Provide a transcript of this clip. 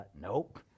nope